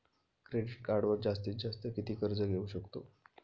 Credit कार्डवर जास्तीत जास्त किती कर्ज घेऊ शकतो?